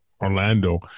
Orlando